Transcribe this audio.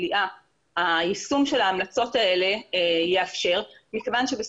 כליאה היישום של ההמלצות האלה יאפשר מכיוון שאלה